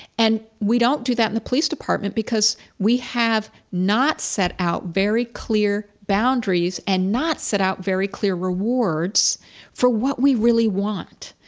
and we don't do that in the police department because we have not set out very clear boundaries and not set out very clear rewards for what we really want.